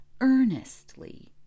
earnestly